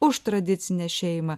už tradicinę šeimą